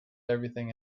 everything